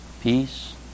peace